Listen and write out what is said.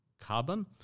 carbon